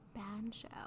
banjo